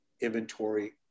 inventory